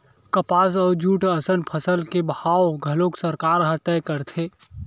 कपसा अउ जूट असन फसल के भाव घलोक सरकार ह तय करथे